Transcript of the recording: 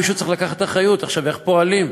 מישהו צריך לקחת אחריות עכשיו איך פועלים.